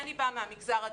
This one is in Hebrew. אני באה מהמגזר הדתי.